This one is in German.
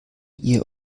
ihr